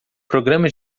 programa